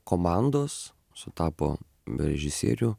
komandos sutapo režisierių